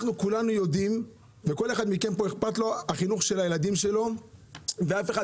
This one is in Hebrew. כולנו יודעים ולכל אחד מכם אכפת מהחינוך של הילדים שלו ואף אחד